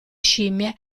scimmie